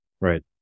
Right